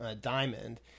diamond